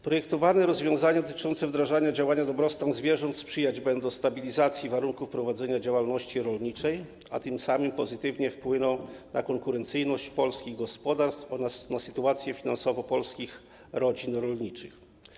Projektowane rozwiązania dotyczące wdrażania działania: Dobrostan zwierząt sprzyjać będą stabilizacji warunków prowadzenia działalności rolniczej, a tym samym pozytywnie wpłyną na konkurencyjność polskich gospodarstw oraz na sytuację finansową polskich rodzin rolniczych.